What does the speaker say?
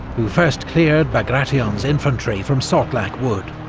who first cleared bagration's infantry from sortlack wood.